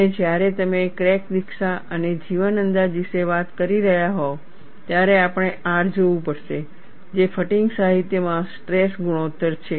અને જ્યારે તમે ક્રેક દીક્ષા અને જીવન અંદાજ વિશે વાત કરી રહ્યા હોવ ત્યારે આપણે R જોવું પડશે જે ફટીગ સાહિત્યમાં સ્ટ્રેસ ગુણોત્તર છે